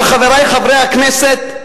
אבל, חברי חברי הכנסת,